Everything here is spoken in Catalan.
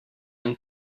han